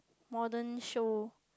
modern show